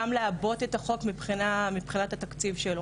גם כדי לעבות את החוק מבחינת התקציב שלו.